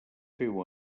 féu